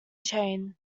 chain